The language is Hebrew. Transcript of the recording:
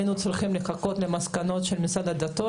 היינו צריכים לחכות למסקנות של המשרד לשירותי דת,